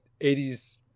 80s